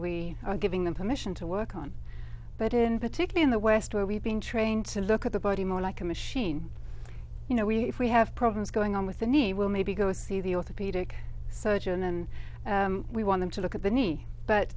we are giving them permission to work on but in particular in the west where we've been trained to look at the body more like a machine you know we we have problems going on with the knee we'll maybe go see the orthopedic surgeon and we want them to look at the knee but